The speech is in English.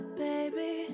baby